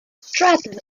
stratton